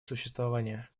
существование